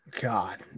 god